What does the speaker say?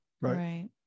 Right